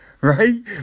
Right